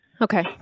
Okay